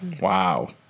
Wow